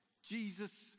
Jesus